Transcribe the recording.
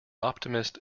optimist